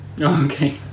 Okay